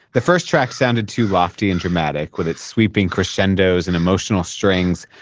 the first track sounded too lofty and dramatic, with its sweeping crescendos and emotional strings.